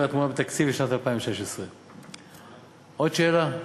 תמונת התקציב לשנת 2016. עוד שאלה?